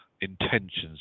intentions